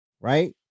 Right